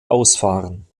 ausfahren